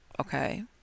Okay